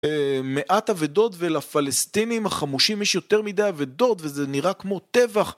מעט אבדות ולפלסטינים החמושים יש יותר מידי אבדות וזה נראה כמו טבח